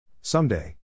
Someday